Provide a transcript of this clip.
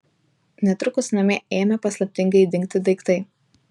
netrukus namie ėmė paslaptingai dingti daiktai